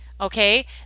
okay